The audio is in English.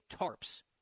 tarps